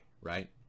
right